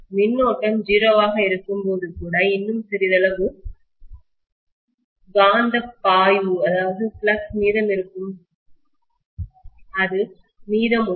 மின்னோட்டம்கரண்ட் 0 ஆக இருக்கும்போது கூட இன்னும் சிறிதளவு காந்தப் பாய்வு ஃப்ளக்ஸ் மீதமிருக்கும் அது மீதமுள்ளது